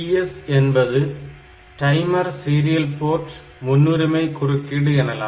PS என்பது timer serial port முன்னுரிமை குறுக்கீடு எனலாம்